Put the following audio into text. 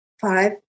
five